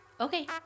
Okay